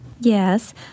Yes